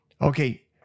Okay